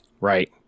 Right